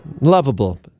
Lovable